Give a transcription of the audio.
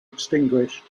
extinguished